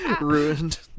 Ruined